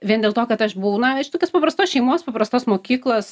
vien dėl to kad aš buvau na iš tokios paprastos šeimos paprastos mokyklos